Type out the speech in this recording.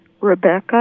Rebecca